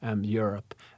Europe